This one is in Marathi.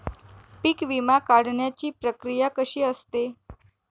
पीक विमा काढण्याची प्रक्रिया कशी असते?